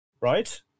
right